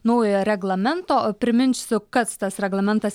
naujojo reglamento priminsiu kas tas reglamentas